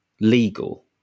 legal